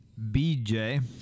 BJ